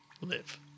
live